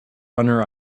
runner